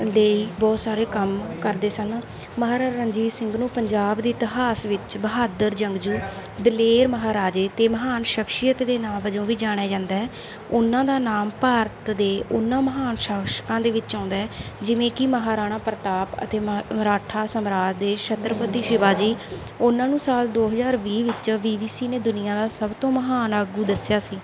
ਲਈ ਬਹੁਤ ਸਾਰੇ ਕੰਮ ਕਰਦੇ ਸਨ ਮਹਾਰਾਜਾ ਰਣਜੀਤ ਸਿੰਘ ਨੂੰ ਪੰਜਾਬ ਦੀ ਇਤਿਹਾਸ ਵਿੱਚ ਬਹਾਦਰ ਜੰਗ ਯੁੱਧ ਦਲੇਰ ਮਹਾਰਾਜੇ ਅਤੇ ਮਹਾਨ ਸ਼ਖਸੀਅਤ ਦੇ ਨਾਮ ਵਜੋਂ ਵੀ ਜਾਣਿਆ ਜਾਂਦਾ ਹੈ ਉਨ੍ਹਾਂ ਦਾ ਨਾਮ ਭਾਰਤ ਦੇ ਉਨ੍ਹਾਂ ਮਹਾਨ ਸ਼ਾਸਕਾਂ ਦੇ ਵਿੱਚ ਆਉਂਦਾ ਹੈ ਜਿਵੇਂ ਕਿ ਮਹਾਰਾਣਾ ਪ੍ਰਤਾਪ ਅਤੇ ਮ ਮਰਾਠਾ ਸਮਰਾਟ ਦੇ ਛੱਤਰਪਤੀ ਸ਼ਿਵਾ ਜੀ ਉਨ੍ਹਾਂ ਨੂੰ ਸਾਲ ਦੋ ਹਜ਼ਾਰ ਵੀਹ ਵਿੱਚ ਬੀ ਬੀ ਸੀ ਨੇ ਦੁਨੀਆ ਦਾ ਸਭ ਤੋਂ ਮਹਾਨ ਆਗੂ ਦੱਸਿਆ ਸੀ